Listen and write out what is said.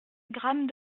grammes